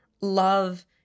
love